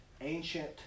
ancient